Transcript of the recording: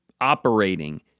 operating